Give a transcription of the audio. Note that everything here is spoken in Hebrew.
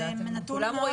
כולם רואים את הירידה.